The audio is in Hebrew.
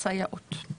סייעות.